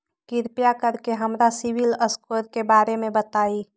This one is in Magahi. कृपा कर के हमरा सिबिल स्कोर के बारे में बताई?